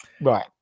Right